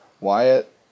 Wyatt